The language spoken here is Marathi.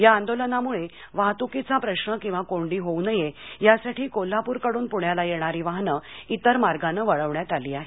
या आंदोलनामुळे वाहतुकीचा प्रश्न किंवा कोंडी होवू नये यासाठी कोल्हापूरकडून पूण्याला येणारी वाहनं इतर मार्गाने वळवण्यात आली आहेत